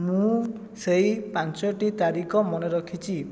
ମୁଁ ସେହି ପାଞ୍ଚୋଟି ତାରିଖ ମନେରଖିଛି